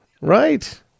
Right